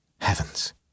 Heavens